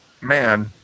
man